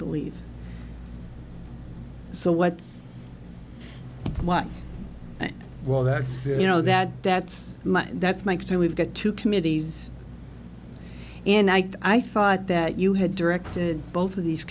believe so what what well that's you know that that's my that's my so we've got two committees and i thought that you had directed both of these